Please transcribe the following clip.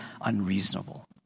unreasonable